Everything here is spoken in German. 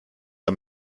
der